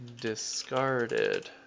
discarded